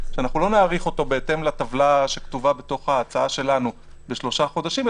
שלא נאריך בהתאם לטבלה שכתובה בהצעה שלנו לשלושה חודשים,